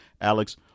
Alex